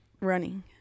running